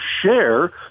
share